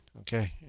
Okay